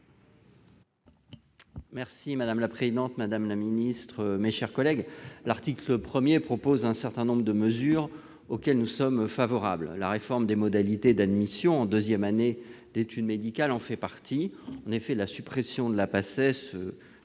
Madame la présidente, mesdames les ministres, mes chers collègues, l'article 1 vise à instaurer un certain nombre de mesures auxquelles nous ne pouvons qu'être favorables. La réforme des modalités d'admission en deuxième année d'études médicales en fait partie. En effet, la suppression de la Paces